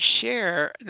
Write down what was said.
share